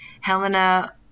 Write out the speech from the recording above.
Helena